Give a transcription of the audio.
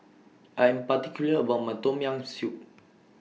I Am particular about My Tom Yam Soup